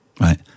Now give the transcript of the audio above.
right